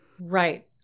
Right